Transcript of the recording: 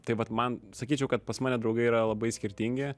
tai vat man sakyčiau kad pas mane draugai yra labai skirtingi